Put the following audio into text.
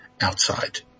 outside